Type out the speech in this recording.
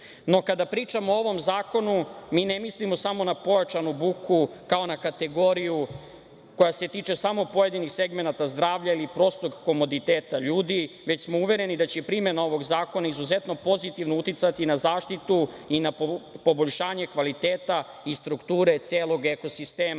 pričamo o ovom zakonu, mi ne mislimo samo na pojačanu buku kao na kategoriju koja se tiče samo pojedinih segmenata zdravlja ili prostog komoditeta ljudi, već smo uvereni da će primena ovog zakona izuzetno pozitivno uticati na zaštitu i na poboljšanje kvaliteta i strukture celog eko sistema,